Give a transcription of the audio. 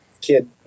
kid